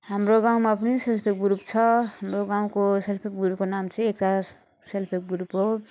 हाम्रो गाउँमा पनि ग्रुप छ हाम्रो गाउँको सेल्फ हेल्प ग्रुपको नाम चाहिँ एकास सेल्फ हेल्प ग्रुप हो